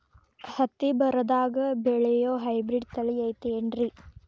ಹತ್ತಿ ಬರದಾಗ ಬೆಳೆಯೋ ಹೈಬ್ರಿಡ್ ತಳಿ ಐತಿ ಏನ್ರಿ?